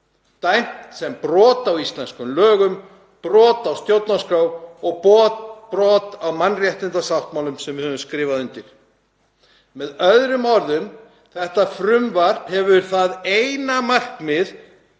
dæmt sem brot á íslenskum lögum, brot á stjórnarskrá og brot á mannréttindasáttmálum sem við höfum skrifað undir. Með öðrum orðum: Þetta frumvarp hefur það eina markmið